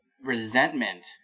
resentment